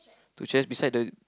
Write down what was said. two chairs beside the